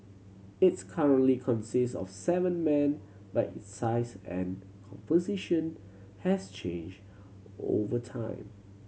its currently consists of seven men but its size and composition has changed over time